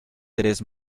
tres